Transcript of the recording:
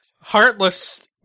heartless